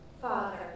father